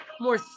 more